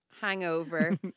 hangover